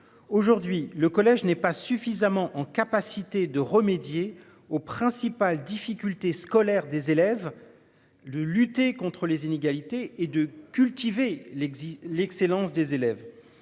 Aujourd'hui le collège n'est pas suffisamment en capacité de remédier aux principales difficultés scolaires des élèves. De lutter contre les inégalités et de cultiver l'exige l'excellence des élèves.